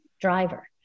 driver